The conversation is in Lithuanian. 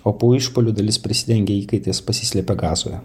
o po išpuolio dalis prisidengę įkaitais pasislėpė gazoje